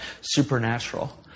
supernatural